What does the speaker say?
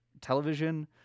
television